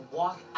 walk